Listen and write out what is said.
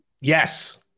Yes